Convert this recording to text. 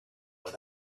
with